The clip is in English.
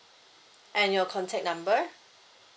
and your contact number